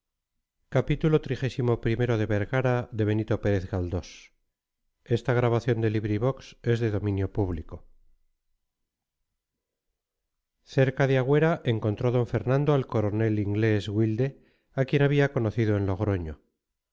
cerca de agüera encontró d fernando al coronel inglés wilde a quien había conocido en logroño